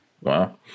Wow